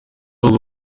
ubwo